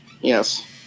Yes